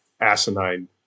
asinine